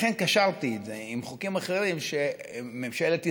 לכן קשרתי את זה עם חוקים אחרים שממשלת ישראל,